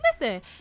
listen